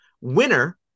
Winner